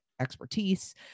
expertise